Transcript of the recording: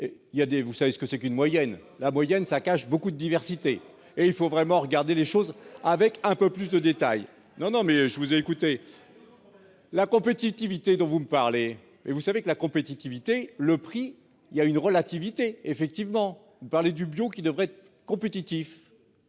vous savez ce que c'est qu'une moyenne, la moyenne ça cache beaucoup de diversité et il faut vraiment regarder les choses avec un peu plus de détails. Non non mais je vous ai écouté. La compétitivité dont vous me parlez, et vous savez que la compétitivité le prix il y a une relativité effectivement parlait du bio qui devrait être compétitif.